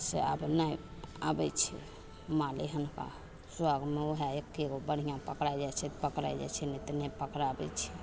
से आब नहि आबय छै माल एहनका सओ गोमे वएह एक्के गो बढ़िआँ पकड़ा जाइ छै तऽ पकड़ा जाइ छै ने तऽ नहि पकराबय छै